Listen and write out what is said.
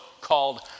called